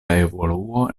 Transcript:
evoluo